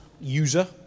user